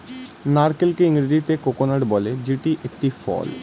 নারকেলকে ইংরেজিতে কোকোনাট বলে যেটি একটি ফল